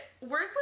work